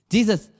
Jesus